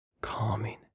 calming